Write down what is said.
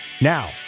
Now